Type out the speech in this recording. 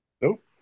Nope